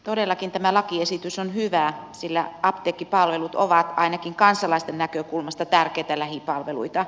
todellakin tämä lakiesitys on hyvä sillä apteekkipalvelut ovat ainakin kansalaisten näkökulmasta tärkeitä lähipalveluita